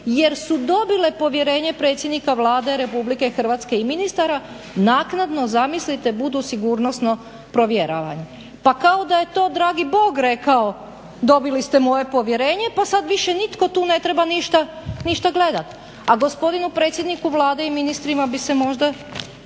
jer su dobile povjerenje predsjednika Vlade Republike Hrvatske i ministara naknadno zamislite budu sigurnosno provjeravani. Pa kao da je to dragi Bog rekao dobili ste moje povjerenje pa sad više nitko tu ne treba ništa gledati. A gospodinu predsjedniku Vlade i ministrima se možda